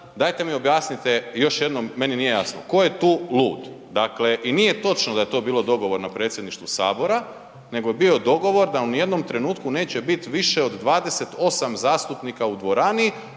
dajte mi objasnite još jednom, meni nije jasno, tko je tu lud? Dakle i nije točno da je to bio dogovor na predsjedništvu Sabora, nego je bio dogovor da u nijednom trenutku neće bit više od 28 zastupnika u dvorani,